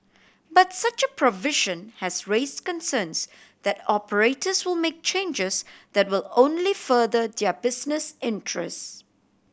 but such a provision has raise concerns that operators will make changes that will only further their business interest